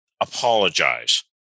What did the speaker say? apologize